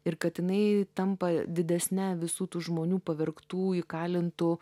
ir kad jinai tampa didesne visų tų žmonių pavergtų įkalintų